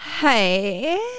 hey